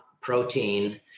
Protein